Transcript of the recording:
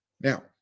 Now